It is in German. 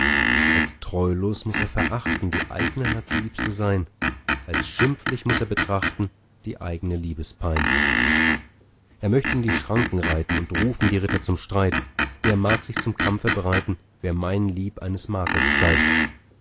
als treulos muß er verachten die eigne herzliebste sein als schimpflich muß er betrachten die eigne liebespein er möcht in die schranken reiten und rufen die ritter zum streit der mag sich zum kampfe bereiten wer mein lieb eines makels zeiht